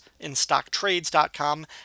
InStockTrades.com